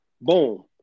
Boom